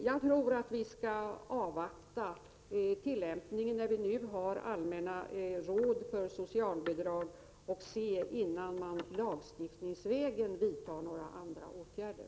Jag tror att vi bör avvakta när det gäller tillämpningen — vi har ju allmänna råd beträffande socialbidragen — innan vi lagstiftningsvägen vidtar andra åtgärder.